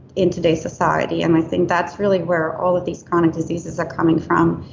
in today's society. and i think that's really where all of these chronic diseases are coming from.